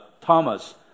Thomas